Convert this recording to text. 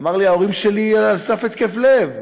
הוא אמר לי: ההורים שלי על סף התקף לב.